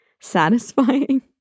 satisfying